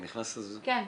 כן.